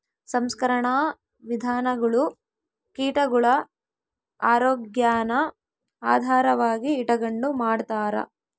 ಸಂಸ್ಕರಣಾ ವಿಧಾನಗುಳು ಕೀಟಗುಳ ಆರೋಗ್ಯಾನ ಆಧಾರವಾಗಿ ಇಟಗಂಡು ಮಾಡ್ತಾರ